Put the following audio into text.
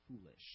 foolish